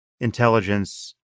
intelligence